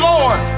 Lord